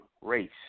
race